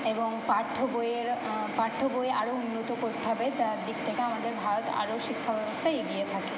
এবং পাঠ্যবইয়ের পাঠ্যবই আরও উন্নত করতে হবে যার দিক থেকে আমাদের ভারত আরও শিক্ষাব্যবস্থায় এগিয়ে থাকে